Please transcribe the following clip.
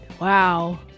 Wow